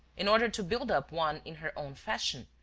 in order to build up one in her own fashion,